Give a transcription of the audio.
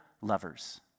lovers